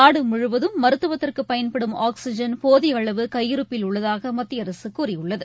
நாடு முழுவதும் மருத்துவத்திற்கு பயன்படும் ஆக்ஸிஜன் போதிய அளவு கையிருப்பில் உள்ளதாக மத்திய அரசு கூறியுள்ளது